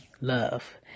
love